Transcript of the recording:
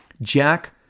Jack